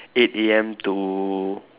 eight A_M to